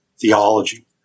theology